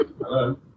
Hello